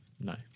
No